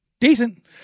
Decent